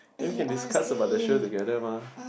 then we can discuss about the show together mah